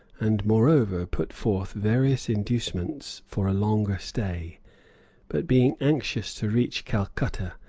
and, moreover, put forth various inducements for a longer stay but being anxious to reach calcutta,